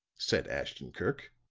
said ashton-kirk.